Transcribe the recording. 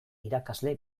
irakasle